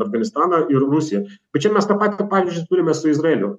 afganistaną ir rusiją bet čia mes tą patį pavyzdžiui turime su izraeliu